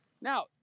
Now